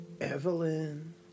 Evelyn